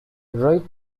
wright